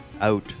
out